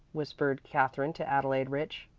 whispered katherine to adelaide rich.